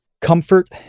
comfort